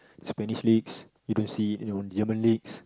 Spanish leagues you don't see you know on German leagues